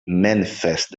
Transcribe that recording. manifest